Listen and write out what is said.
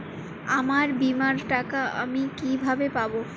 আমার বীমার টাকা আমি কিভাবে পাবো?